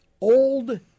old